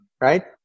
right